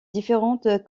différentes